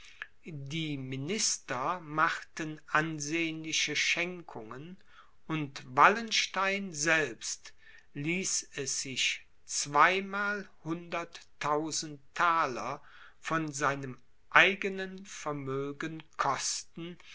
die minister machten ansehnliche schenkungen und wallenstein selbst ließ es sich zweimalhundert tausend thaler von seinem eigenen vermögen kosten